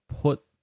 put